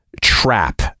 Trap